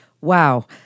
Wow